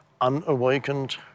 unawakened